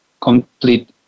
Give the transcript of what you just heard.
complete